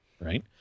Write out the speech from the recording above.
right